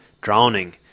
drowning